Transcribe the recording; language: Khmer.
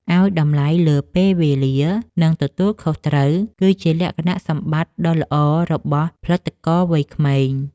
ឱ្យតម្លៃលើពេលវេលា និង ទទួលខុសត្រូវគឺជាលក្ខណៈសម្បត្តិដ៏ល្អរបស់ផលិតករវ័យក្មេង។